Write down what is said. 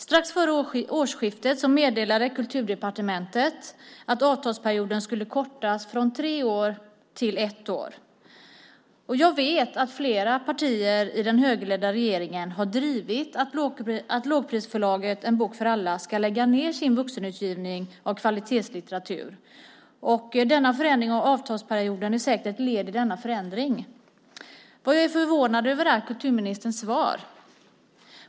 Strax före årsskiftet meddelade Kulturdepartementet att avtalsperioden skulle kortas från tre år till ett år. Jag vet att flera partier i den högerledda regeringen har drivit att lågprisförlaget En bok för alla ska lägga ned sin vuxenutgivning av kvalitetslitteratur. Förändringen av avtalsperioden är säkert ett led i denna förändring. Vad jag är förvånad över är kulturministerns svar.